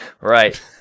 Right